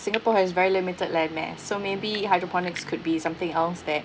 singapore has very limited landmass so maybe hydroponics could be something else there